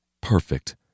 Perfect